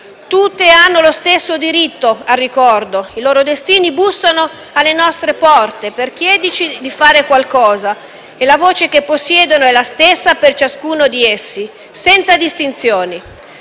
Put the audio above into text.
Tutte hanno lo stesso diritto al ricordo. I loro destini bussano alle nostre porte per chiederci di fare qualcosa e la voce che possiedono è la stessa per ciascuna di esse, senza distinzioni.